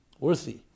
Worthy